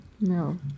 No